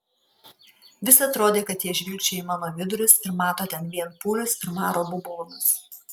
vis atrodė kad jie žvilgčioja į mano vidurius ir mato ten vien pūlius ir maro bubonus